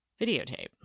videotape